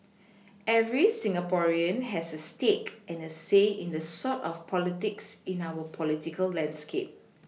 every Singaporean has a stake and a say in the sort of politics in our political landscape